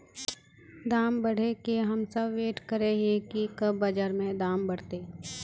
दाम बढ़े के हम सब वैट करे हिये की कब बाजार में दाम बढ़ते?